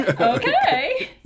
Okay